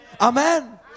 Amen